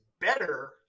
better